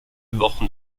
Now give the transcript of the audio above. wochen